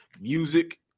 music